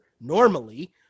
normally